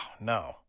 no